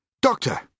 Doctor